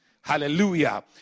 Hallelujah